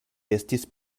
estis